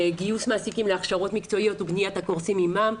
גיוס מעסיקים להכשרות מקצועיות ובניית הקורסים עימם,